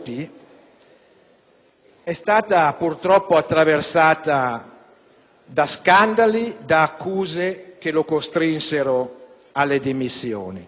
è stata purtroppo attraversata da scandali e da accuse che lo costrinsero alle dimissioni.